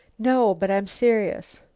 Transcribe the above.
no, but i'm serious.